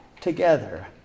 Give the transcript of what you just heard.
together